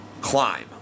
Climb